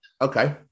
Okay